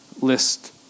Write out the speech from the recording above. list